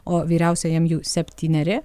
o vyriausiajam jų septyneri